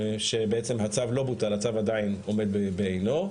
שבעצם הצו לא בוטל, הצו עדיין עומד בעינו,